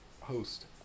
host